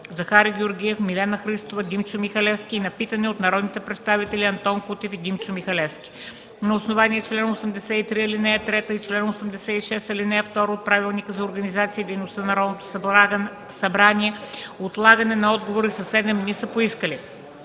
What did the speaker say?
Захари Георгиев, Милена Христова и Димчо Михалевски, и на питане от народните представители Антон Кутев и Димчо Михалевски. На основание чл. 83, ал. 3 и чл. 86, ал. 2 от Правилника за организацията и дейността на Народното събрание, отлагане на отговори със седем дни са поискали: